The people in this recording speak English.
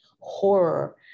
horror